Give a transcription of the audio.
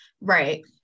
Right